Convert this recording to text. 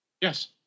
Yes